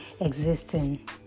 existing